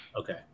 Okay